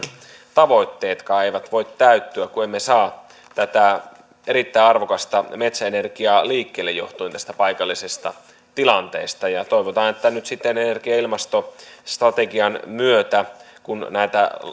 tavoitteemmekaan eivät voi täyttyä kun emme saa tätä erittäin arvokasta metsäenergiaa liikkeelle johtuen tästä paikallisesta tilanteesta toivotaan että nyt sitten energia ja ilmastostrategian myötä kun näitä